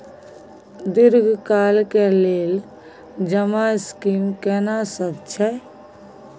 दीर्घ काल के लेल जमा स्कीम केना सब छै?